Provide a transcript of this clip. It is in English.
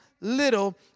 little